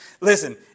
Listen